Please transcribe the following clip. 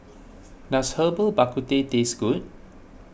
does Herbal Bak Ku Teh taste good